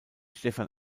stefan